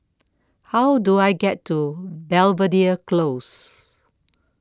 how do I get to Belvedere Close